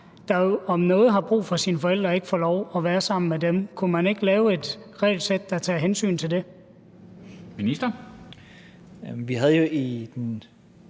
der jo om noget har brug for sine forældre, ikke få lov at være sammen med dem? Kunne man ikke lave et regelsæt, der tager hensyn til det?